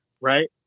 right